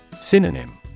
Synonym